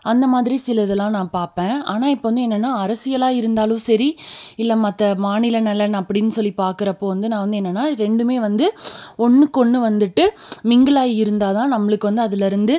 அந்தமாதிரி சிலதெலாம் நான் பார்ப்பேன் ஆனால் இப்போ என்னென்னா அரசியலாக இருந்தாலும் சரி இல்லை மற்ற மாநில நலன் அப்படின்னு சொல்லி பார்க்குறப்போ வந்து நான் வந்து என்னென்னா ரெண்டுமே வந்து ஒன்னுக்கொன்று வந்துட்டு மிங்கிலாயி இருந்தால் தான் நம்மளுக்கு வந்து அதுலேருந்து